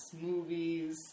movies